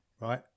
right